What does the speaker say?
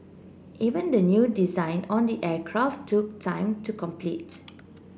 even the new design on the aircraft took time to complete